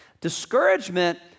Discouragement